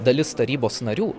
dalis tarybos narių